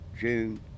June